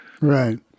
Right